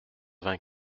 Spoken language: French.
vingt